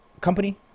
company